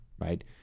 right